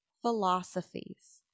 philosophies